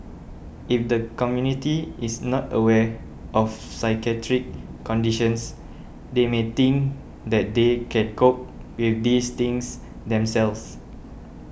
if the community is not aware of psychiatric conditions they may think that they can cope with these things themselves